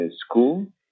school